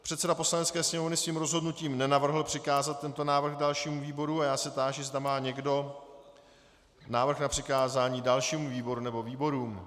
Předseda Poslanecké sněmovny svým rozhodnutím nenavrhl přikázat tento návrh dalšímu výboru a já se táži, zda má někdo návrh na přikázání dalšímu výboru nebo výborům.